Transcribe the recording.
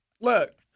look